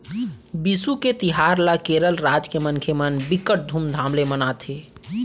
बिसु के तिहार ल केरल राज के मनखे मन बिकट धुमधाम ले मनाथे